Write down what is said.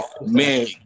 man